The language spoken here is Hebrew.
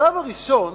בשלב הראשון